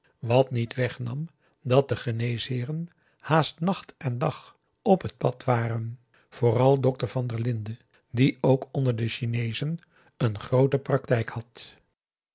wat niet wegnam dat de geneesheeren haast nacht en dag op het pad waren vooral dokter van der linden die ook onder de chineezen een groote praktijk had